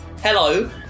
Hello